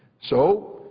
so,